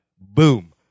Boom